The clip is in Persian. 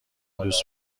دوست